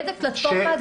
באיזו פלטפורמה,